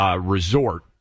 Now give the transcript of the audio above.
resort